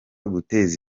guteza